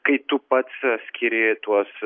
kai tu pats skiri tuos